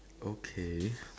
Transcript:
okay